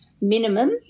minimum